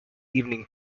evening